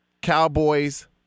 Cowboys